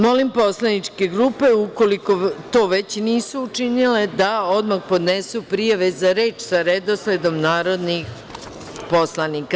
Molim poslaničke grupe, ukoliko to već nisu učinile, da odmah podnesu prijave za reč sa redosledom narodnih poslanika.